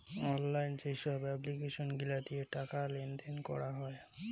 online যেসব application গিলা দিয়ে টাকা লেনদেন করাঙ হউ